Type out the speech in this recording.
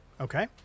Okay